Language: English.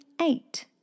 eight